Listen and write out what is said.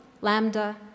lambda